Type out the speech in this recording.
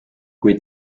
kui